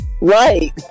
Right